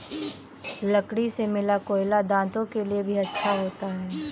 लकड़ी से मिला कोयला दांतों के लिए भी अच्छा होता है